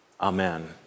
Amen